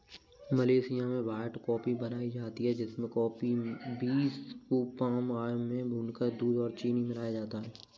Malaysia में white coffee बनाई जाती है जिसमें कॉफी बींस को पाम आयल में भूनकर दूध और चीनी मिलाया जाता है